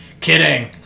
kidding